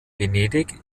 venedig